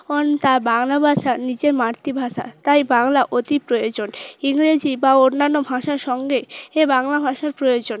তা বাংলা ভাষা নিজে মাতৃভাষা তাই বাংলা অতি প্রয়োজন ইংরেজি বা অন্যান্য ভাষার সঙ্গে এ বাংলা ভাষার প্রয়োজন